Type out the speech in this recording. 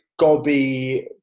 gobby